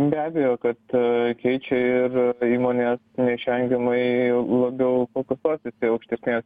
be abejo kad keičia ir įmonės neišvengiamai labiau fokusuosis į aukštesnės